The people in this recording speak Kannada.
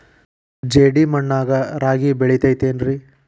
ಜೇಡಿ ಮಣ್ಣಾಗ ರಾಗಿ ಬೆಳಿತೈತೇನ್ರಿ?